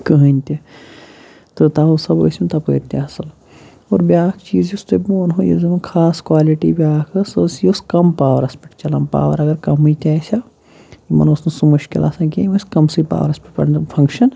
کٕہٕنۍ تہِ تہٕ تَمہ حِسابہٕ ٲسۍ یِم تَپٲرۍ تہِ اَصٕل اور بیٛاکھ چیٖز یُس تۄہہِ بہٕ وَنہو یُس زَن خاص کالِٹی بیٛاکھ ٲس سۄ ٲس یہِ ٲس کَم پاورَس پٮ۪ٹھ چَلان پاوَر اگر کَمٕے تہِ آسہِ ہا یِمَن اوس نہٕ سُہ مُشکل آسان کینٛہہ یِم ٲسۍ کَمسٕے پاورَس پٮ۪ٹھ فنٛٛکشَن